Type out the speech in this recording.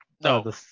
No